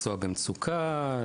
מקצוע במצוקה,